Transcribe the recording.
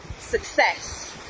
success